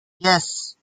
yes